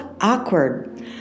awkward